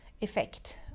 effect